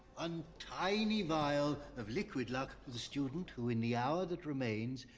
and tiny vial of liquid luck to the student who in the hour that remains,